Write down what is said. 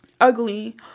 ugly